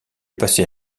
passé